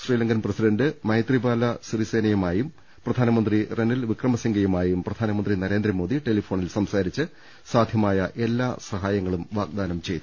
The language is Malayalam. ശ്രീലങ്കൻ പ്രസിഡന്റ് മൈത്രി പാല സിറിസേനയുമായും പ്രധാനമന്ത്രി റെനിൽ വിക്രമസിംഗെയുമായും പ്രധാനമന്ത്രി നരേന്ദ്രമോദി ടെലിഫോണിൽ സംസാരിച്ച് സാധ്യമായ എല്ലാ സഹായങ്ങളും വാഗ്ദാനം ചെയ്തു